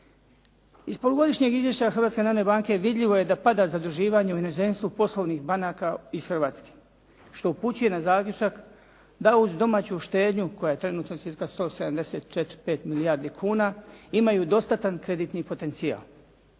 Iz polugodišnjeg izvješća Hrvatske narodne banke vidljivo je da pada zaduživanje u inozemstvu poslovnih banaka iz Hrvatske što upućuje na zaključak da uz domaću štednju koja je trenutno cca 174, 175 milijardi kuna, imaju dostatan kreditni potencijal.